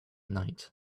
night